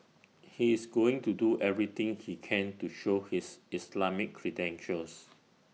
he is going to do everything he can to show his Islamic credentials